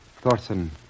Thorson